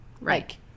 Right